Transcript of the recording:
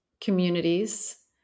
communities